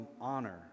honor